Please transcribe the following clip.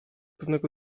pewnego